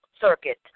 Circuit